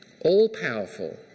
All-powerful